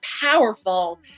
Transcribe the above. powerful